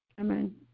Amen